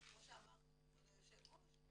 אז כמו שאמרת כבוד היושב-ראש,